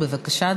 בבקשה,